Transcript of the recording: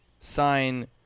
sign